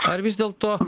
ar vis dėlto